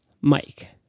Mike